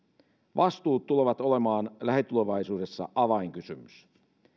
vastuut tulevat olemaan lähitulevaisuudessa avainkysymys